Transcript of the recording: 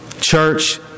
church